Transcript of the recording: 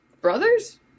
Brothers